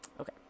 Okay